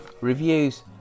Reviews